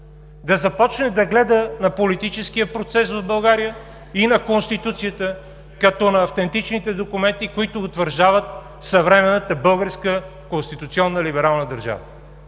да започне да гледа на политическия процес в България и на Конституцията като на автентичните документи, които утвърждават съвременната българска конституционна либерална държава.